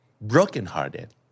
brokenhearted